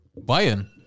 Bayern